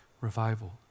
revival